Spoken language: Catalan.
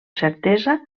certesa